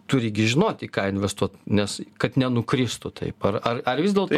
turi žinot į ką investuot nes kad nenukristų taip ar ar ar vis dėlto